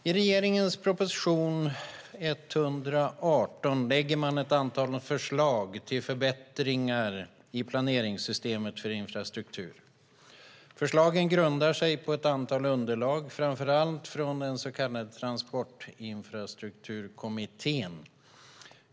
I regeringens proposition 2011/12:118 lägger regeringen fram ett antal förslag till förbättringar i planeringssystemet för infrastruktur. Förslagen grundar sig på ett antal underlag, framför allt från den så kallade Transportinfrastrukturkommittén.